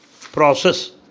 process